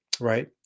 right